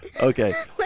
Okay